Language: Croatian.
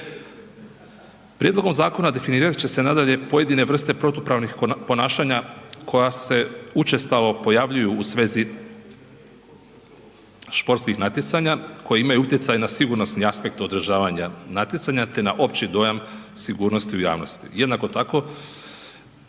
Prijedlogom zakona definirat će se nadalje pojedine vrste protupravnih ponašanja koja se učestalo pojavljuju u svezi športskih natjecanja koje imaju utjecaja na sigurnosni aspekt održavanja natjecanja te na opći dojam sigurnosti u javnosti. Jednako tako,